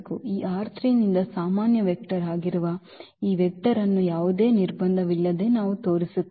ಈ ನಿಂದ ಸಾಮಾನ್ಯ ವೆಕ್ಟರ್ ಆಗಿರುವ ಈ ವೆಕ್ಟರ್ ಅನ್ನು ಯಾವುದೇ ನಿರ್ಬಂಧವಿಲ್ಲದೆ ನಾವು ತೋರಿಸುತ್ತೇವೆ